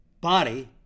body